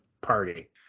party